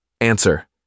Answer